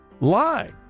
lie